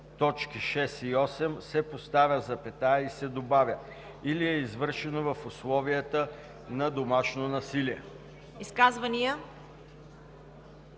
„точки 6 и 8“ се поставя запетая и се добавя „или е извършено в условията на домашно насилие“.“